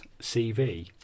CV